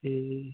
ए